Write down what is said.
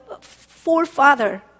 forefather